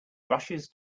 rushes